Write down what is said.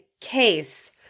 case